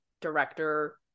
director